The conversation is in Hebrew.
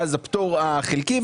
ואז הפטור החלקי,